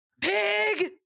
pig